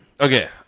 Okay